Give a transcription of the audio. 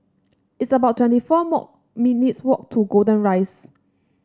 it's about twenty four minutes' walk to Golden Rise